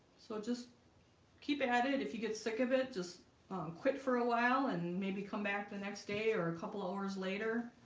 so just keep at it if you get sick of it just quit for a while and maybe come back the next day or a couple hours later